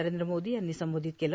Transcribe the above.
नरेंद्र मोदी यांनी संबोधित केले